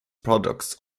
products